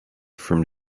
from